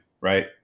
Right